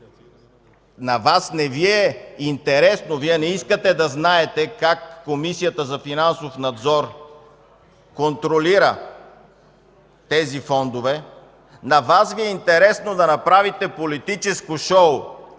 На Вас не Ви е интересно, Вие не искате да знаете как Комисията за финансов надзор контролира тези фондове. На Вас Ви е интересно да направите политическо шоу,